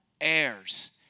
heirs